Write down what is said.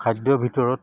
খাদ্যৰ ভিতৰত